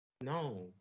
No